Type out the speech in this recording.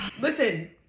Listen